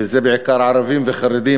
בעיקר ערבים וחרדים,